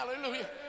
Hallelujah